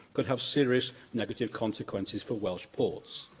could have serious negative consequences for welsh ports.